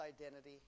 identity